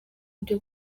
byo